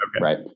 Right